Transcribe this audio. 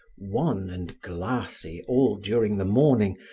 wan and glassy all during the morning,